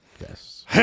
yes